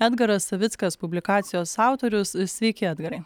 edgaras savickas publikacijos autorius sveiki edgarai